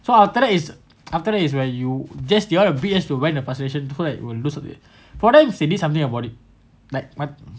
so after that is after that is where you just you want to beat to vent the fustration so that to lose a bit probably should have did something about it like my